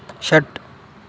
षट्